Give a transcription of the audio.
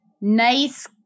Nice